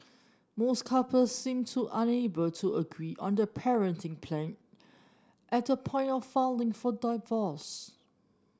most couple seemed to unable to agree on the parenting plan at the point of falling for divorce